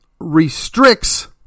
restricts